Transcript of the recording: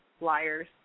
liars